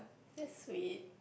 that sweet